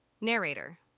Narrator